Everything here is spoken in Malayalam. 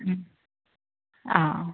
ആ ആ